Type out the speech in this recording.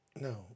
No